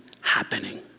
happening